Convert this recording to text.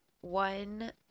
one